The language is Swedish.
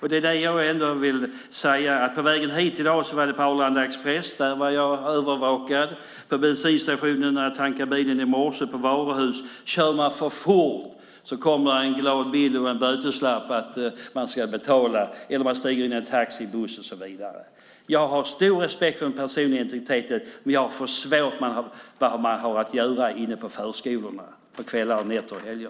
I dag har jag varit övervakad på vägen hit på Arlanda Express, på bensinstationen när jag tankade bilen i morse och på varuhuset. Kör man för fort kommer det en glad bil och en böteslapp som man ska betala. Om man stiger in i en taxi eller buss är man övervakad. Jag har stor respekt för den personliga integriteten, men jag förstår inte vad man har att göra på förskolorna på kvällar, nätter och helger.